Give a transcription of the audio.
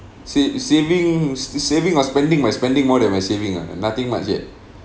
save~ savings it's saving or spending my spending more than my saving ah and nothing much yet